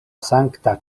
sankta